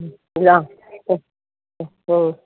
മ്മ് മ് മ്മ്